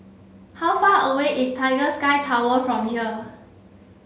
how far away is Tiger Sky Tower from here